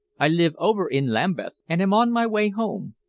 i live over in lambeth, and am on my way home.